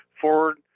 forward